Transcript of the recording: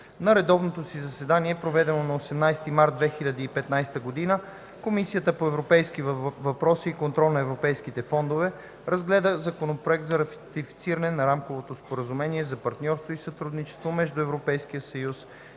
На редовното си заседание, проведено на 18 март 2015 г., Комисията по европейските въпроси и контрол на европейските фондове разгледа Законопроект за ратифициране на Рамково споразумение за партньорство и сътрудничество между Европейския съюз и неговите